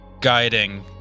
guiding